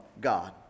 God